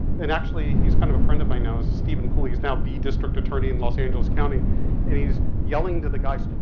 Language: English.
and actually he's kind of a friend of mine now, stephen cooley, he's now the district attorney in los angeles county and he's yelling to the guys,